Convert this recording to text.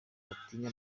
batinya